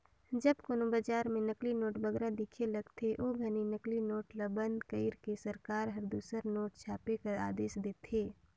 जब कोनो बजार में नकली नोट बगरा दिखे लगथे, ओ घनी नकली नोट ल बंद कइर के सरकार हर दूसर नोट छापे कर आदेस देथे